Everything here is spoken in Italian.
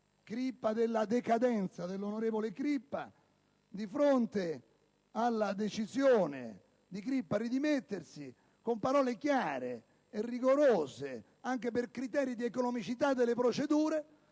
e della decadenza dell'onorevole Crippa, di fronte alla sua decisione di dimettersi, con parole chiare e rigorose, anche per criteri di economicità delle procedure,